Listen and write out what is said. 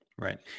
Right